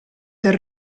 del